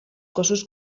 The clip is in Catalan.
cossos